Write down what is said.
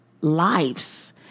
lives